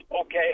Okay